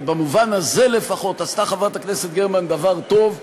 ובמובן הזה לפחות עשתה חברת הכנסת גרמן דבר טוב.